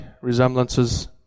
resemblances